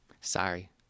Sorry